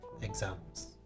exams